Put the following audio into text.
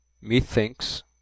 Methinks